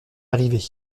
arriver